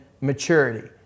maturity